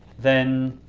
then